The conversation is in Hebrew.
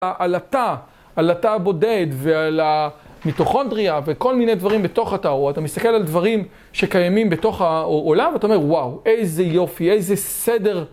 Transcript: על התא, על התא הבודד ועל המיטוכונדריה וכל מיני דברים בתוך התא ההוא, אתה מסתכל על דברים שקיימים בתוך העולם, ואתה אומר, וואו, איזה יופי, איזה סדר.